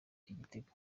igitego